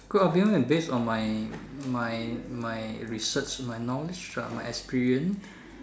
good ah because based on my my my research my knowledge my experience